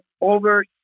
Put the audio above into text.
over